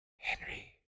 Henry